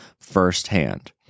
firsthand